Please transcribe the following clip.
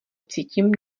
cítím